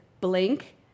blink-